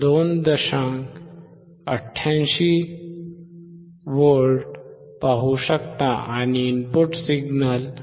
88V पाहू शकता आणि इनपुट सिग्नल 5